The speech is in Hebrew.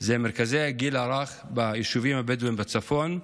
היא מרכזי הגיל הרך ביישובים הבדואיים בצפון.